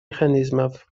механизмов